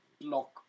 block